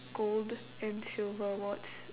gold and silver awards